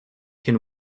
can